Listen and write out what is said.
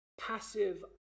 passive